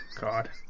God